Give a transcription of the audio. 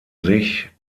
sich